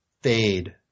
fade